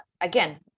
again